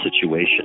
situation